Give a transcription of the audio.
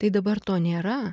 tai dabar to nėra